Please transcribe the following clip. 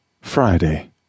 FRIDAY